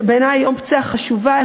שבעיני היא אופציה חשובה,